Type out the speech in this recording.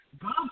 God